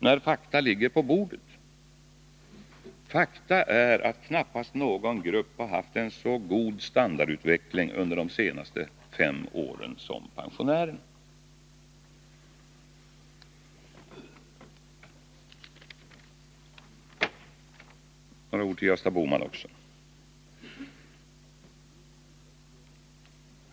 Och faktum är att knappast någon grupp har haft en så god standardutveckling under de senaste fem åren som pensionärerna. Jag vill säga några ord också till Gösta Bohman.